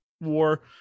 war